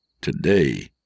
Today